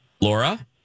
Laura